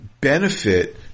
benefit